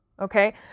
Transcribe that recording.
Okay